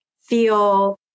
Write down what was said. feel